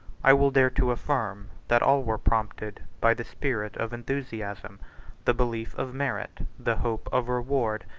i will dare to affirm, that all were prompted by the spirit of enthusiasm the belief of merit, the hope of reward,